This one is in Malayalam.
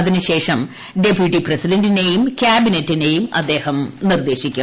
അതിനുശേഷം ഡെപ്യൂട്ടി പ്രസിഡനറിനേയും ക്യാബിനറ്റിനെയും ഇദ്ദേഹം നിർദ്ദേശിക്കും